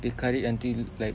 they cut it until like